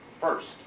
first